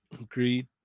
Agreed